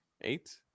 eight